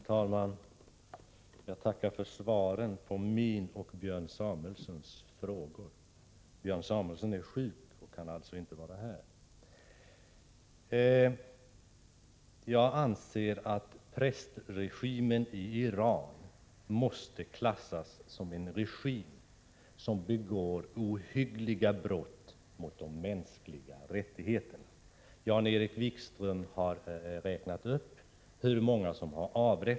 Herr talman! Jag tackar för svaret på frågorna från mig och Björn Samuelson. Björn Samuelson är sjuk och kan alltså inte vara här. Jag anser att prästregimen i Iran måste klassas som en regim som begår ohyggliga brott mot de mänskliga rättigheterna. Jan-Erik Wikström har redovisat hur många som har avrättats.